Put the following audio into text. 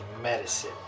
medicine